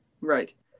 Right